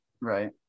Right